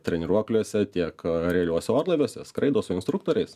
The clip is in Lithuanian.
treniruokliuose tiek realiuose orlaiviuose skraido su instruktoriais